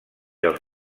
els